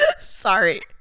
Sorry